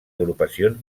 agrupacions